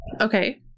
Okay